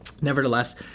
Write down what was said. Nevertheless